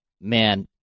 man